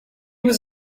was